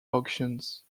auctions